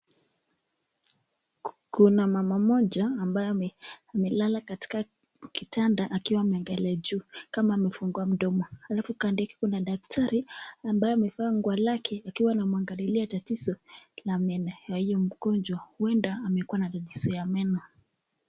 Kuna mama mmoja ambaye amelala katika kitanda akiwa ameangalia juu kama amefungua mdomo, halafu kando yake kuna daktari ambaye amevaa nguo lake akiwa anamwangalilia tatizo la meno na huyo mgonjwa huenda amekuwa na tatizo la meno sana.